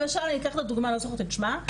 למשל אני אקח לדוגמה לא זוכרת את שמה,